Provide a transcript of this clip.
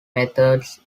methods